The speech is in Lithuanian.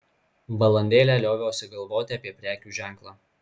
valandėlę lioviausi galvoti apie prekių ženklą